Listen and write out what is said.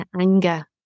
anger